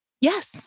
Yes